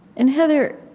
and heather,